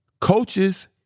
coaches